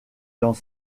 dans